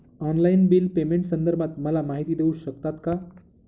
Online bill पेमेंटसंदर्भात मला माहिती देऊ शकतात का?